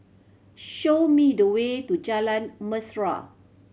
show me the way to Jalan Mesra